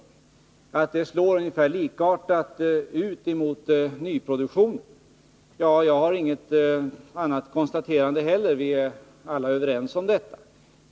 Det slår alltså ungefär lika mot nyproduktionen. Jag gör inte heller något annat konstaterande. Vi är alla överens om detta.